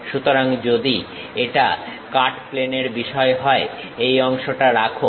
সুতরাং যদি এটা কাট প্লেনের বিষয় হয় এই অংশটা রাখো